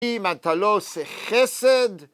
אם אתה לא עושה חסד...